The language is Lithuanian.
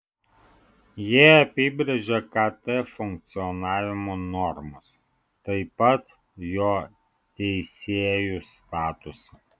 jie apibrėžia kt funkcionavimo normas taip pat jo teisėjų statusą